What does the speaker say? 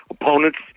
Opponents